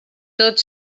tot